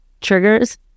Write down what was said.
triggers